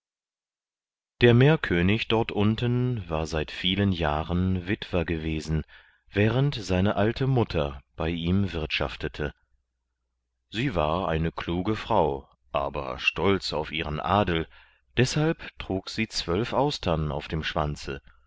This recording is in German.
der meerkönig dort unten war seit vielen jahren witwer gewesen während seine alte mutter bei ihm wirtschaftete sie war eine kluge frau aber stolz auf ihren adel deshalb trug sie zwölf austern auf dem schwanze